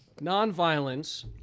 nonviolence